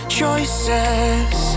choices